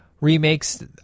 remakes